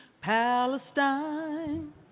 Palestine